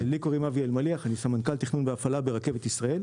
אני סמנכ"ל תכנון והפעלה ברכבת ישראל.